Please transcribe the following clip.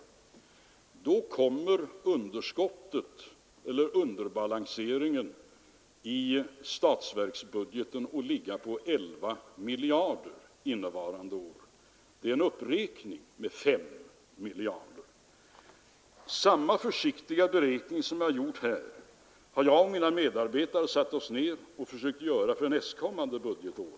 Då kommer underbalanseringen i statsbudgeten att ligga på 11 miljarder för innevarande år, och det är en uppräkning med 5 miljarder. Samma försiktiga beräkning som jag gjort här har mina medarbetare och jag försökt göra för nästkommande budgetår.